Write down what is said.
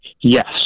Yes